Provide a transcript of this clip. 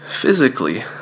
physically